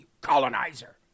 colonizer